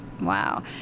Wow